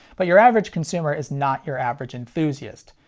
but your average consumer is not your average enthusiast,